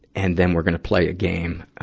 and then we're gonna play a game, ah,